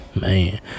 man